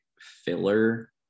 filler